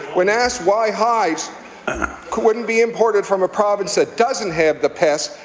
when asked why hives wouldn't be imported from a province that doesn't have the pest,